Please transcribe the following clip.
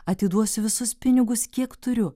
atiduosiu visus pinigus kiek turiu